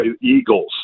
Eagles